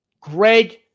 Greg